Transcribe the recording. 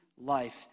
life